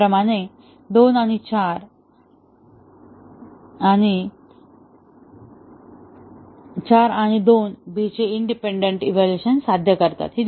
त्याचप्रमाणे 2 आणि 4 आणि 4 आणि 2 B चे इंडिपेंडंट इव्हॅल्युएशन साध्य करतात